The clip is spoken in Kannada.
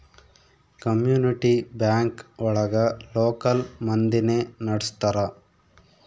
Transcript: ಕಮ್ಯುನಿಟಿ ಬ್ಯಾಂಕ್ ಒಳಗ ಲೋಕಲ್ ಮಂದಿನೆ ನಡ್ಸ್ತರ